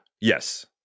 yes